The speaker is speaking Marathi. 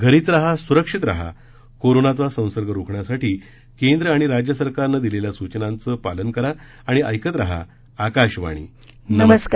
घरीच रहा सुरक्षित रहा कोरोनाचा संसर्ग रोखण्यासाठी केंद्र आणि राज्य सरकारनं दिलेल्या सूचनांचं पालन करा आणि ऐकत रहा आकाशवाणी नमस्कार